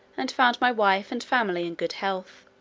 and found my wife and family in good health.